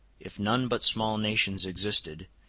if none but small nations existed,